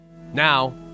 Now